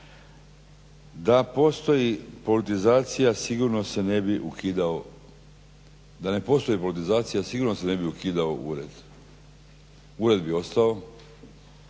Da ne postoji politizacija sigurno se ne bi ukidao ured. Ured bi ostao,